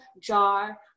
jar